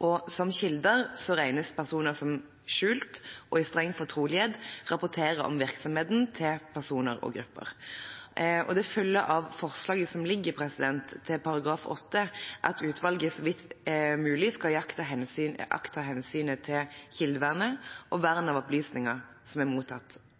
og som kilder regnes personer som skjult og i streng fortrolighet rapporterer om personers og gruppers virksomhet. Det følger av forslaget til § 8 at utvalget så vidt mulig skal aktta hensynet til kildevern og vern av opplysninger som er mottatt